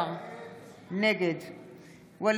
על